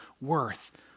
worth